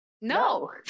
No